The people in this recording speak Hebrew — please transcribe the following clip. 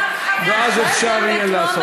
ואז אפשר יהיה לעשות את זה.